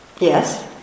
Yes